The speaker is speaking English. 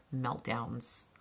meltdowns